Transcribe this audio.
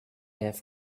have